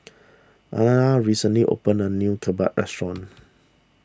Alannah recently opened a new Kimbap restaurant